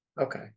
okay